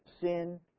sin